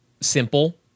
simple